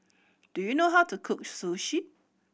do you know how to cook Sushi